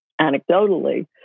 anecdotally